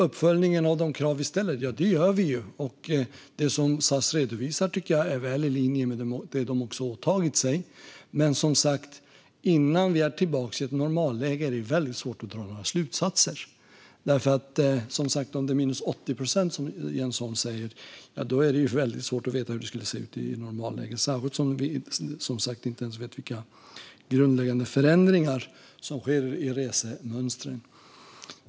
Uppföljning av de krav vi ställer är något som vi gör. Det som SAS redovisar tycker jag ligger väl i linje med det som de har åtagit sig. Men som sagt: Innan vi är tillbaka i ett normalläge är det väldigt svårt att dra några slutsatser. Om det är minus 80 procent, som Jens Holm säger, är det väldigt svårt att veta hur det skulle se ut i normalläget, särskilt som vi inte ens vet vilka grundläggande förändringar som sker i resmönstren.